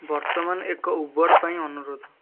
ବର୍ତ୍ତମାନ ଏକ ଉବର ପାଇଁ ଅନୁରୋଧ